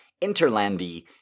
Interlandi